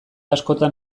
askotan